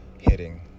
hitting